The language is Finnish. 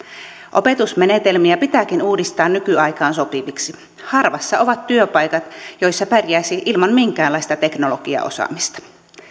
opetusmenetelmiä pitääkin uudistaa nykyaikaan sopiviksi harvassa ovat työpaikat joissa pärjäisi ilman minkäänlaista teknologiaosaamista